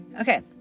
Okay